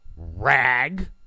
Rag